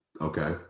Okay